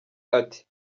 ati